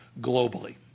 globally